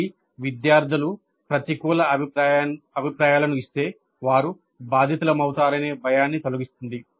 ఇది విద్యార్థులు ప్రతికూల అభిప్రాయాలను ఇస్తే వారు బాధితుల వుతారనే భయాన్ని తొలగిస్తుంది